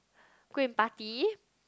go and party